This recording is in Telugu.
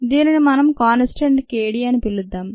దీనిని మనం కాన్ స్టాంట్ kd అని పిలుద్దాం